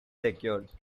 secured